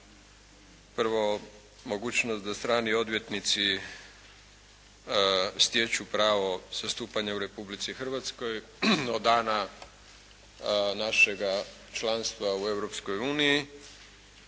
prvo mogućnost da strani odvjetnici stječu pravo zastupanja u Republici Hrvatskoj od dana našega članstva u